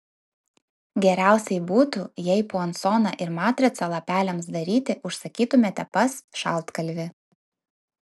geriausiai būtų jei puansoną ir matricą lapeliams daryti užsakytumėte pas šaltkalvį